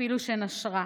אפילו שנשרה.